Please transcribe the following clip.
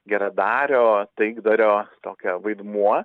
geradario taikdario tokia vaidmuo